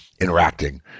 interacting